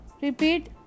repeat